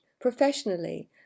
professionally